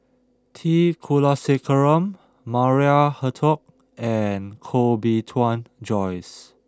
T Kulasekaram Maria Hertogh and Koh Bee Tuan Joyce